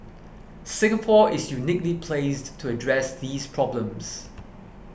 Singapore is uniquely placed to address these problems